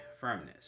firmness